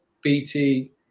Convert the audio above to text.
BT